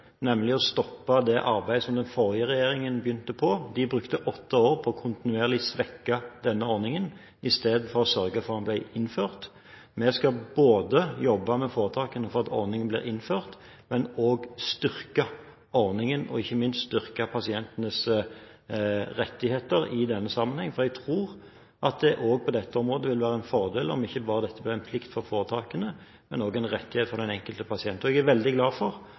nemlig stoppe det arbeidet som den forrige regjeringen begynte på. De brukte åtte år på kontinuerlig å svekke denne ordningen, i stedet for å sørge for at den ble innført. Vi skal både jobbe med foretakene for at ordningen blir innført og styrke ordningen – og ikke minst styrke pasientenes rettigheter i denne sammenheng. Jeg tror det også på dette området ville være en fordel om dette ikke bare blir en plikt for foretakene, men også en rettighet for den enkelte pasient. Jeg er veldig glad for